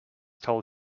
told